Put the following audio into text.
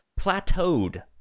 plateaued